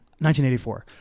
1984